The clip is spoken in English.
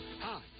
Hi